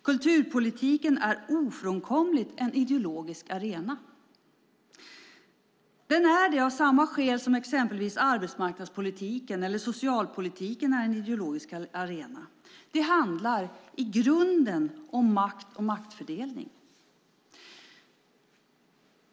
Kulturpolitiken är ofrånkomligen en ideologisk arena. Det är den av samma skäl som exempelvis arbetsmarknadspolitiken eller socialpolitiken är en ideologisk arena. Det handlar i grunden om makt och maktfördelning.